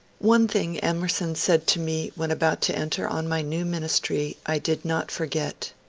one thing emerson said to me when about to enter on my new ministry i did not forget